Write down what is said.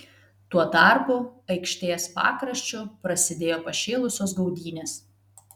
tuo tarpu aikštės pakraščiu prasidėjo pašėlusios gaudynės